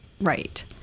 Right